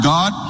God